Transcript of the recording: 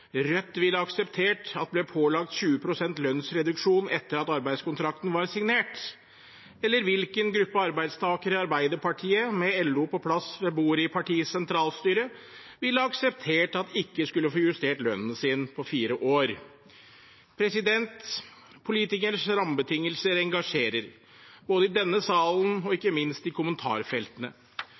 Rødt ville akseptert at ble pålagt en 20 pst. lønnsreduksjon etter at arbeidskontrakten var signert, eller hvilken gruppe arbeidstakere Arbeiderpartiet, med LO på plass ved bordet i partiets sentralstyre, ville akseptert at ikke skulle få justert lønnen sin på fire år. Politikernes rammebetingelser engasjerer, både i denne salen og ikke minst i kommentarfeltene.